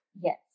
Yes